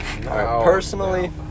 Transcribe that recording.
Personally